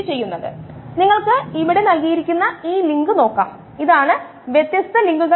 സാന്ദ്രത നേരിട്ട് തുല്യമാക്കാനാവില്ല പക്ഷേ മാസ്സ് തുല്യമാക്കാം